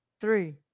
three